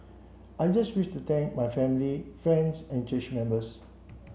I just wish to thank my family friends and church members